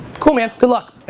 cool man, good luck.